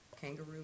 kangaroo